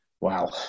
Wow